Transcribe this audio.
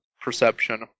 perception